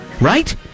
Right